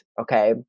okay